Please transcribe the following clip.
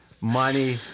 money